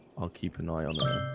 i'll keep an eye on them